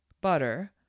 butter